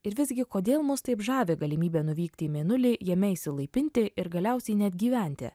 ir visgi kodėl mus taip žavi galimybė nuvykti į mėnulį jame išsilaipinti ir galiausiai net gyventi